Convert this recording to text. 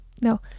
No